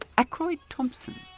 ackroyd thompson,